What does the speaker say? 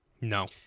No